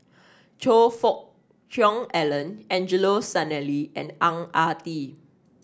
Choe Fook Cheong Alan Angelo Sanelli and Ang Ah Tee